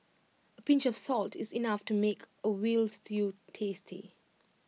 A pinch of salt is enough to make A Veal Stew tasty